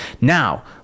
Now